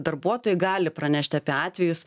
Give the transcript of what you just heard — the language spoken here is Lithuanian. darbuotojai gali pranešti apie atvejus